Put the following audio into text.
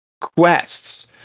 quests